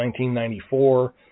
1994